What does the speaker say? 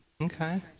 Okay